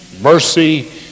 mercy